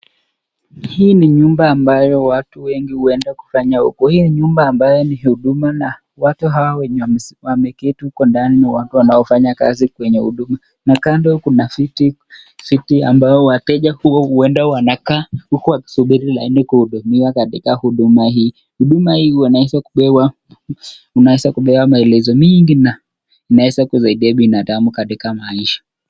Hii ni nyumba ambayo watu wengi huenda kufanya. Hii nyumba ambayo ni huduma na watu hawa wenye wameketi huko ndani ni wale wanaofanya kazi kwenye huduma. Na kando kuna viti viti ambao wateja huwa huenda wanakaa huku wakisubiri laini kuhudumiwa katika huduma hii. Huduma hii huweza kupewa unaweza kupewa maelezo mingi na inaweza kusaidia binadamu katika maisha.